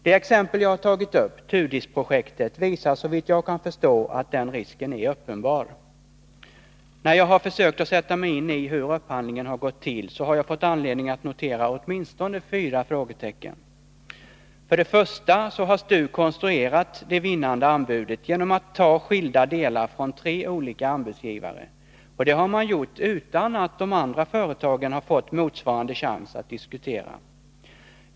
Det exempel jag har tagit upp, TUDIS-projektet, visar, såvitt jag kan förstå, att den risken är uppenbar. När jag har försökt sätta mig in i hur upphandlingen har gått till, har jag fått anledning att notera åtminstone fyra frågetecken. För det första har STU konstruerat det vinnande anbudet genom att ta skilda delar från tre olika anbudsgivare. Och det har man gjort utan att de andra företagen fått motsvarande chans att diskutera.